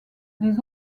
les